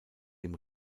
dem